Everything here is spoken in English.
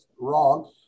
wrong